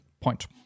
point